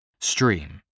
stream